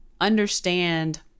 understand